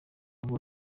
avuga